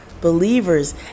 believers